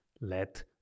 let